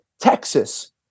Texas